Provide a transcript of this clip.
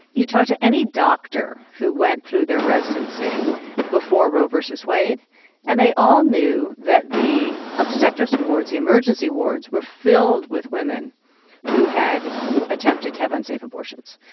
you talked to any doctor who went through their residency before roe v. wade and they all knew that the obstetrics wards, emergency wards were filled with women who had attempted to have unsafe abortions.